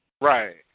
right